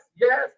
yes